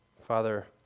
Father